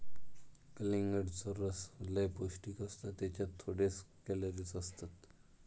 कलिंगडाचो रस लय पौंष्टिक असता त्येच्यात थोडेच कॅलरीज असतत